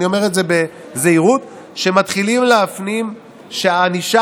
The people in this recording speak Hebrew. ואני אומר זאת בזהירות שמתחילים להפנים שהענישה